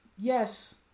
yes